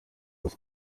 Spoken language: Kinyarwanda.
zose